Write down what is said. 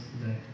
today